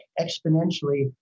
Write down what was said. exponentially